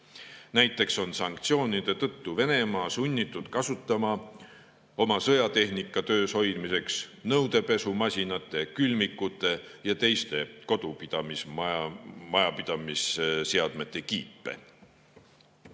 Näiteks on sanktsioonide tõttu Venemaa sunnitud kasutama oma sõjatehnika töös hoidmiseks nõudepesumasinate, külmikute ja teiste kodumajapidamisseadmete